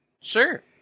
Sure